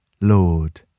Lord